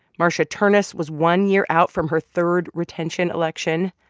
marsha ternus was one year out from her third retention election,